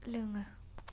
लोङो